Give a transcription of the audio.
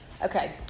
Okay